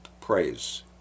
Praise